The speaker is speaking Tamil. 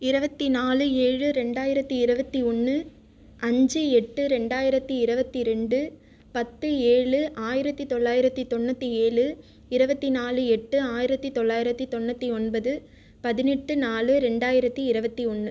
இருபத்தி நாலு ஏழு இரண்டாயிரத்தி இருபத்தி ஒன்று அஞ்சு எட்டு இரண்டாயிரத்தி இருபத்தி இரண்டு பத்து ஏழு ஆயிரத்தி தொள்ளாயிரத்தி தொண்ணூற்றி ஏழு இருபத்தி நாலு எட்டு ஆயிரத்தி தொள்ளாயிரத்தி தொண்ணூற்றி ஒன்பது பதினெட்டு நாலு இரண்டாயிரத்தி இருபத்தி ஒன்று